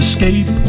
Escape